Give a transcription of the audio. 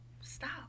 stop